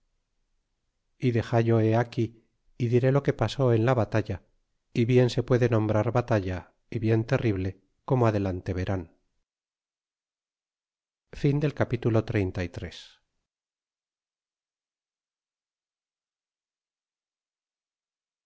y dexallohe aquí y diré lo que pasó en la batalla y bien se puede nombrar batalla y bien terrible como adelante verán capitulo